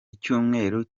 icyumweru